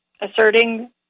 asserting